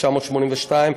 התשמ"ב 1982,